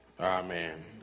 Amen